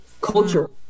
Culture